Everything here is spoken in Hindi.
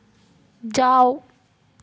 जाओ